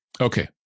Okay